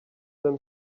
them